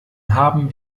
haben